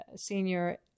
senior